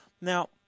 Now